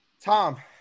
Tom